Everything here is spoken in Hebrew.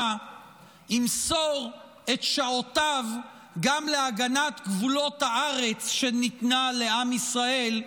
ימסור את שעותיו גם להגנת גבולות הארץ שניתנה לעם ישראל,